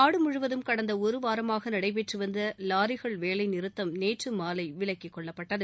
நாடு முழுவதும் கடந்த ஒரு வாரமாக நடைபெற்று வந்த வாரிகள் வேலை நிறுத்தம் நேற்று மாலை விலக்கிக்கொள்ளப்பட்டது